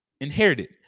Inherited